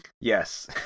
Yes